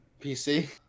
PC